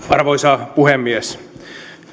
arvoisa puhemies